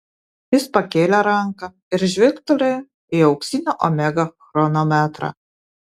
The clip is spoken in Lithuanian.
jis pakėlė ranką ir žvilgtelėjo į auksinį omega chronometrą